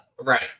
Right